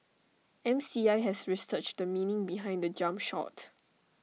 M C I has researched the meaning behind the jump shot